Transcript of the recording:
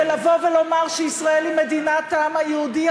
ולבוא ולומר שישראל היא מדינת העם היהודי,